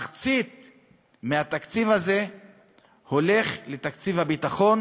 מחצית מהתקציב הזה הולכת לתקציב הביטחון